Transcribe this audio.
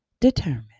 determined